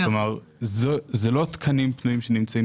כלומר זה לא תקנים פנויים שנמצאים